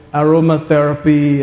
aromatherapy